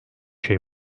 şey